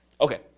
Okay